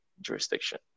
jurisdiction